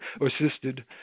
assisted